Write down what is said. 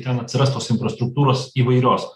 ten atsiras tos infrastruktūros įvairios